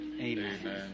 Amen